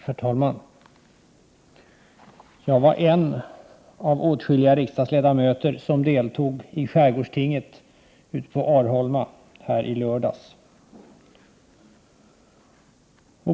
Herr talman! Jag är en av de åtskilliga riksdagsledamöter som deltog i det s.k. skärgårdstinget på Arholma i lördags.